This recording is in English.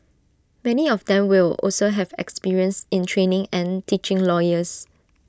many of them will also have experience in training and teaching lawyers